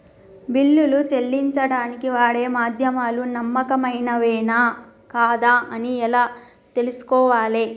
బిల్లులు చెల్లించడానికి వాడే మాధ్యమాలు నమ్మకమైనవేనా కాదా అని ఎలా తెలుసుకోవాలే?